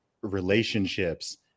relationships